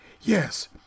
Yes